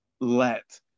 let